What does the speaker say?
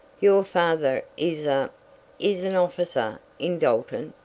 your father is a is an officer in dalton?